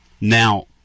Now